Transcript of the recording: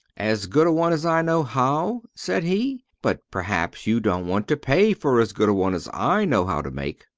as good a one as i know how? said he. but perhaps you don't want to pay for as good a one as i know how to make.